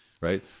Right